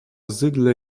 zydle